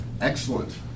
Excellent